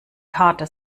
karte